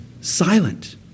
silent